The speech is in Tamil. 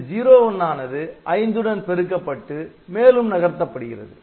இந்த "01" ஆனது '5' உடன் பெருக்கப்பட்டு மேலும் நகர்த்தப்படுகிறது